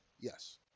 Yes